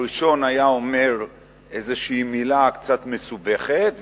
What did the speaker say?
הראשון היה אומר איזו מלה קצת מסובכת,